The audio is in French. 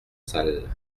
sales